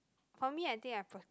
for me I think I pro~